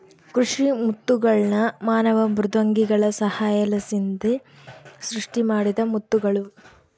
ಕೃಷಿ ಮುತ್ತುಗಳ್ನ ಮಾನವ ಮೃದ್ವಂಗಿಗಳ ಸಹಾಯಲಿಸಿಂದ ಸೃಷ್ಟಿಮಾಡಿದ ಮುತ್ತುಗುಳು